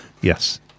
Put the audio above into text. Yes